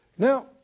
Now